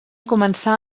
començar